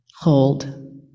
hold